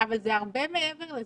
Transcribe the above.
אבל זה הרבה מעבר לזה,